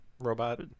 Robot